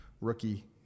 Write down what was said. rookie